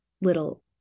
little